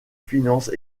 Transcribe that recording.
finance